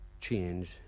change